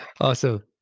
Awesome